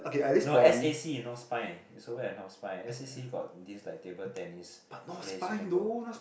no S_A_C North Spine somewhere at North Spine S_A_C got this like table tennis place you can go